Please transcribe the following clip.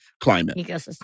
climate